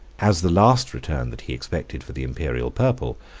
as the last return that he expected for the imperial purple,